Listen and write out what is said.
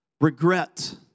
regret